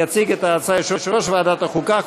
יציג את ההצעה יושב-ראש ועדת החוקה,